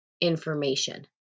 information